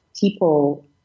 people